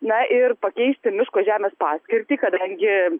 na ir pakeisti miško žemės paskirtį kadangi